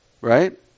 right